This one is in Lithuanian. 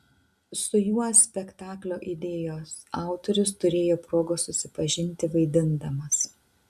su juo spektaklio idėjos autorius turėjo progos susipažinti vaidindamas